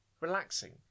relaxing